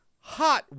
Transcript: hot